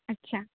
ᱟᱪᱪᱷᱟ